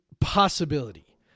Possibility